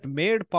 made